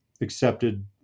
accepted